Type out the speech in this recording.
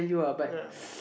ya